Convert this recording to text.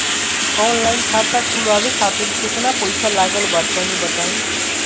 Online खाता खूलवावे खातिर केतना पईसा लागत बा तनि बताईं?